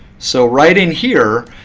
so right in here.